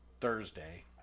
Thursday